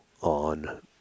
on